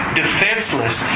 defenseless